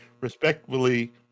respectfully